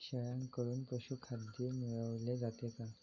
शेळ्यांकडून पशुखाद्य मिळवले जाते का?